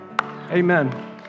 Amen